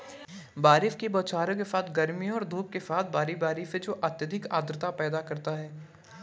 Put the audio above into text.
बारिश की बौछारों के साथ गर्मी और धूप के साथ बारी बारी से जो अत्यधिक आर्द्रता पैदा करता है